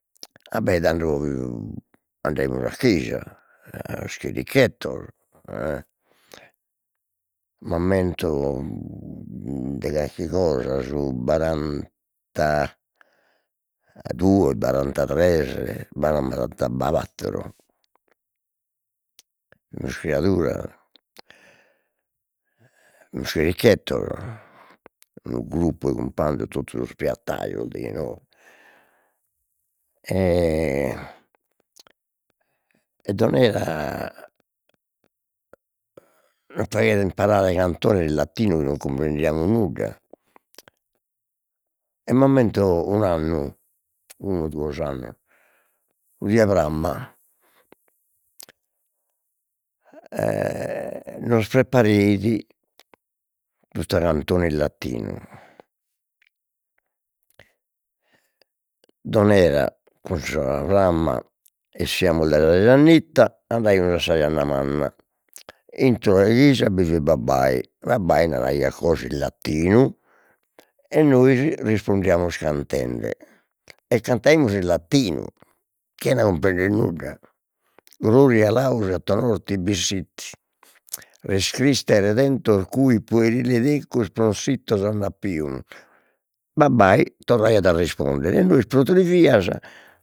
A bé tando andaimus a chescia, a sos chirichettos m'ammento de calchi cosa su barantaduos barantatres barantabattor, fimus criaduras, fimus chirichettos, unu gruppu 'e cumpanzos, totu sos piattaios de inoghe, e Don Era nos faghiat imparare cantones in latinu non cumprendiamus nudda, e m'ammento un'annu, unu o duos annos su die 'e Pramma nos prepareit custa cantone in latinu, Don Era cun sa pramma 'essiamus dae sa giannitta, andaimus a sa gianna manna, intro 'e cheja bi fit babbai, babbai naraiat cos'in latinu, e noi li rispondiamus cantende e cantaimus in latinu chena cumprender nudda, gloria laura es Criste redento cui puerili, babbai torraiat a risponder e nois pro tre vias